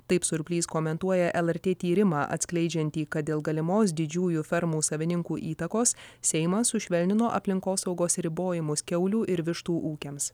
taip surplys komentuoja lrt tyrimą atskleidžiantį kad dėl galimos didžiųjų fermų savininkų įtakos seimas sušvelnino aplinkosaugos ribojimus kiaulių ir vištų ūkiams